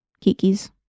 Kiki's